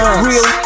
Real